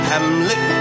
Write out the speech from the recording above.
Hamlet